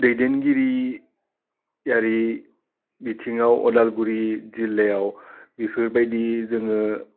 दैदेनगिरि यारि बिथिङाव अदालगुरि जिल्लायाव बिफोरबायदि जोङो